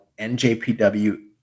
NJPW